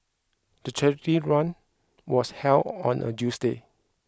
the charity run was held on a Tuesday